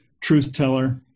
truth-teller